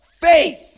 faith